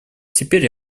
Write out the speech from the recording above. теперь